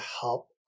help